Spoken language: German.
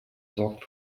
sorgt